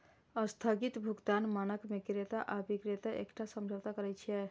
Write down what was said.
स्थगित भुगतान मानक मे क्रेता आ बिक्रेता एकटा समझौता करै छै